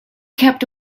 kept